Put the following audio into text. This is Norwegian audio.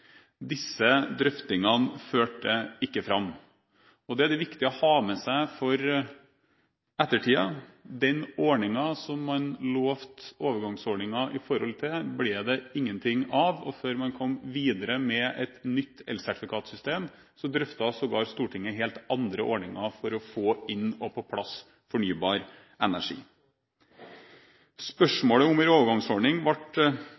Disse drøftingene førte ikke fram, og dette er det viktig å ha med seg for ettertiden. Den ordningen som man lovte overgangsordningen i forhold til, ble det ingenting av, og før man kom videre med et nytt elsertifikatsystem, drøftet Stortinget sågar helt andre ordninger for å få fornybar energi inn og på plass. Spørsmålet om en overgangsordning ble